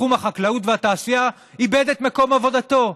בתחום החקלאות והתעשייה, איבד את מקום עבודתו.